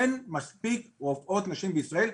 אין מספיק רופאות נשים בישראל,